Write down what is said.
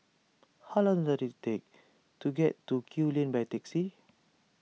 how long does it take to get to Kew Lane by taxi